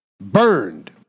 burned